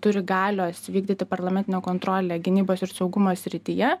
turi galios vykdyti parlamentinę kontrolę gynybos ir saugumo srityje